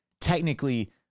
technically